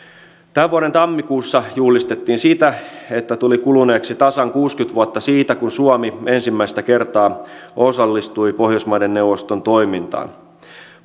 tämän vuoden tammikuussa juhlistettiin sitä että tuli kuluneeksi tasan kuusikymmentä vuotta siitä kun suomi ensimmäistä kertaa osallistui pohjoismaiden neuvoston toimintaan